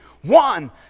One